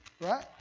right